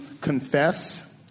confess